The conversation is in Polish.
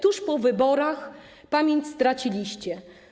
Tuż po wyborach pamięć straciliście.